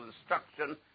instruction